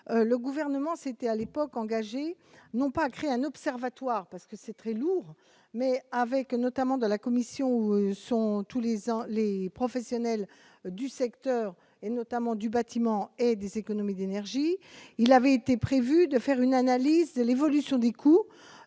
le gouvernement s'était à l'époque, engagé, n'ont pas créer un observatoire parce que c'est très lourd, mais avec, notamment, dans la commission où sont tous les ans, les professionnels du secteur et, notamment, du bâtiment et des économies d'énergie, il avait été prévu de faire une analyse de l'évolution des coûts